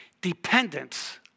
dependence